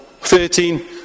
13